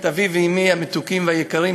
את אבי ואמי המתוקים והיקרים,